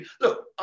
look